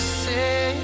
say